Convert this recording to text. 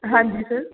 ਹਾਂਜੀ ਸਰ